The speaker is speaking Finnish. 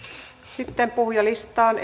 sitten puhujalistaan